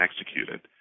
executed